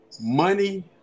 money